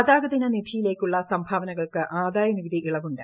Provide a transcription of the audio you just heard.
പതാക ദിന നിധിയിലേക്കുള്ള സംഭാവനകൾക്ക് ആദായനികുതി ഇളവുണ്ട്